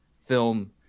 film